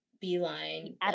beeline